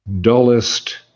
dullest